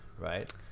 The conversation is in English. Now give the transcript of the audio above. Right